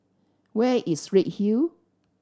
where is Redhill